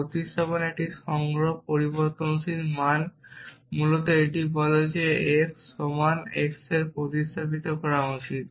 প্রতিস্থাপন একটি সংগ্রহ পরিবর্তনশীল মান মূলত এটি বলে যে x সমান x এর দ্বারা প্রতিস্থাপিত করা উচিত